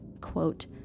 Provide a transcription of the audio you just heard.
quote